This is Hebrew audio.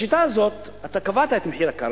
בשיטה הזאת אתה קבעת את מחיר הקרקע,